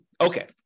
Okay